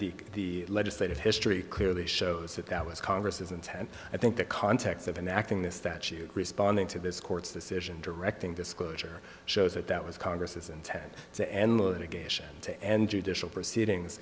the legislative history clearly shows that that was congress intent i think the context of an acting the statute responding to this court's decision directing disclosure shows that that was congress intent to end litigation to end judicial proceedings